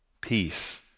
Peace